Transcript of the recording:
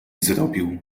zrobił